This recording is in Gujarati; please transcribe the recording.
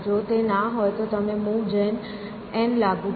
જો તે ના હોય તો તમે મૂવ જન n લાગુ કરો